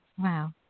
Wow